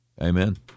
Amen